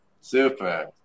Super